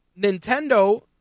Nintendo